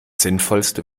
sinnvollste